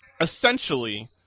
essentially